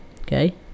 Okay